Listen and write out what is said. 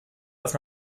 dass